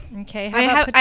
Okay